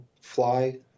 fly